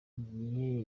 igihe